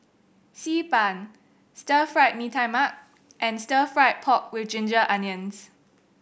Xi Ban Stir Fried Mee Tai Mak and Stir Fried Pork With Ginger Onions